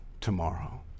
tomorrow